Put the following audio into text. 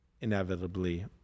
inevitably